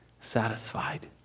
satisfied